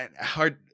hard